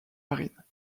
marines